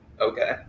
Okay